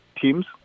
teams